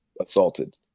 assaulted